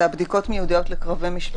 זה בדיקות מיידיות לקרובי משפחה,